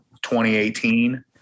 2018